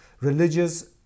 religious